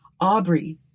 Aubrey